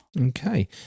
Okay